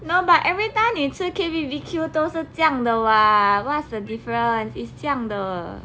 no but everytime 你吃 K B_B_Q 都是这样的 [what] what's the difference is 这样的